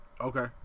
Okay